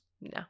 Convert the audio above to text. No